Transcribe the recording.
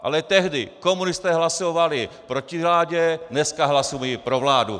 Ale tehdy komunisté hlasovali proti vládě, dneska hlasují pro vládu.